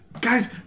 Guys